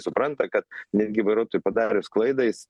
supranta kad netgi vairuotojui padarius klaidą jis